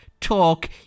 talk